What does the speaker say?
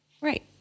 Right